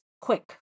quick